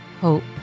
Hope